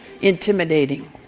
Intimidating